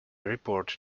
report